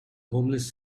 homeless